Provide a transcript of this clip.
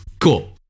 cool